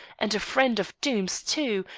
and a friend of doom's, too,